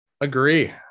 agree